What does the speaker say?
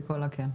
כן.